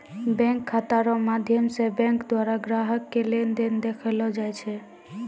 bank खाता रो माध्यम से बैंक द्वारा ग्राहक के लेन देन देखैलो जाय छै